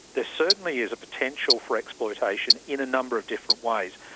there certainly is a potential for exploitation in a number of different ways.